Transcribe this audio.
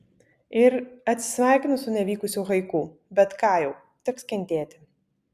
ir atsisveikinu su nevykusiu haiku bet ką jau teks kentėti